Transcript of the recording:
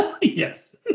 Yes